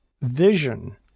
vision